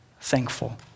thankful